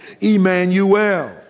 Emmanuel